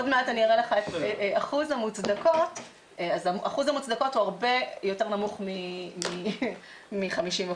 אחוז המוצדקות הוא הרבה יותר נמוך מ-50%.